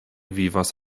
vivas